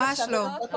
ממש לא.